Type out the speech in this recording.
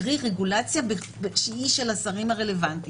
קרי רגולציה של השרים הרלוונטיים.